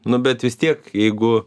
nu bet vis tiek jeigu